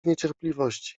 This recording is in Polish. niecierpliwości